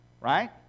Right